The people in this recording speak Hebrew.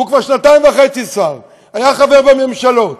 הוא כבר שנתיים וחצי שר, היה חבר בממשלות.